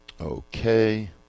Okay